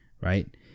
right